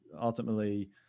ultimately